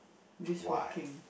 brisk walking